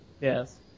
Yes